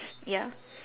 ya